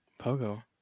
pogo